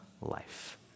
life